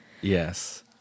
Yes